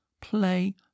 play